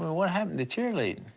what happened to cheerleading?